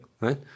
right